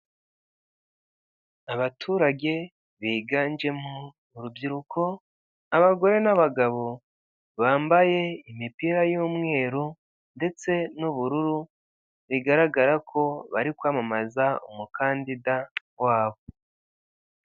Abaturage biganjemo urubyiruko, abagore n'abagabo, bambaye imipira y'umweru ndetse n'ubururu, bigaragara ko bari kwamamaza umukandida wabo.